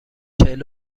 چهل